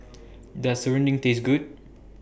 Does Serunding Taste Good